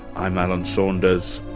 i'm alan saunders.